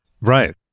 Right